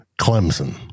Clemson